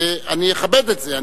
אני אכבד את זה,